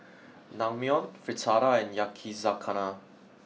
Naengmyeon Fritada and Yakizakana